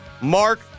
Mark